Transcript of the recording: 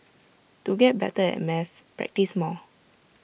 to get better at maths practise more